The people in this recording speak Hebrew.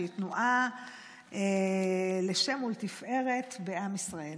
שהיא תנועה לשם ולתפארת בעם ישראל.